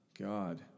God